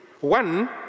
One